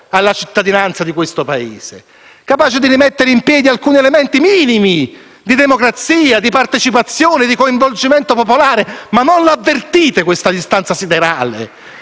alla cittadinanza di questo Paese e di rimettere in piedi alcuni elementi minimi di democrazia, di partecipazione, di coinvolgimento popolare. Non avvertite questa distanza siderale?